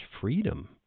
freedom